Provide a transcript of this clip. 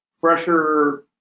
fresher